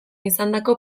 izandako